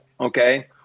Okay